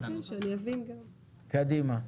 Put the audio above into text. קדימה.